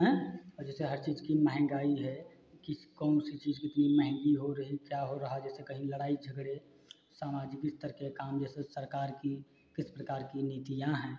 हं और जैसे हर चीज़ की महंगाई है किस कौन सी चीज़ कितनी महँगी हो रही क्या हो रहा जैसे कहीं लड़ाई झगड़े सामाजिक स्तर के काम जैसे सरकार की किस प्रकार की नीतियाँ हैं